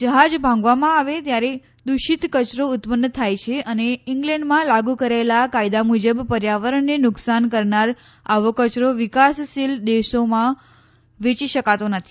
જહાજ ભાંગવામાં આવે ત્યારે દૂષિત કચરો ઉત્પન્ન થાય છે અને ઇંગ્લેન્ડમાં લાગુ કરાયેલા કાયદા મુજબ પર્યાવરણને નુકસાન કરનાર આવો કચરો વિકાસશીલ દેશોમાં વેચી શકાતો નથી